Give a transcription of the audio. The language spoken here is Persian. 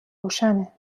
روشنه